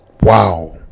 wow